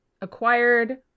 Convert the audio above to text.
acquired